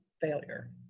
failure